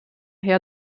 herr